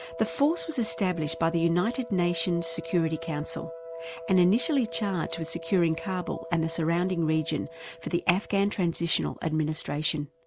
the force was established by the united nations security council and initially charged with securing kabul and the surrounding region for the afghan transitional administration.